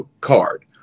card